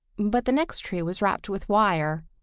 but the next tree was wrapped with wire.